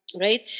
right